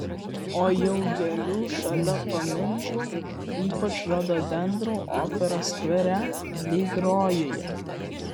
o jau gėlių šalia paminklų ypač rododendrų operos skvere lyg rojuje